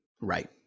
Right